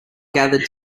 gathered